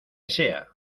sea